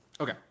Okay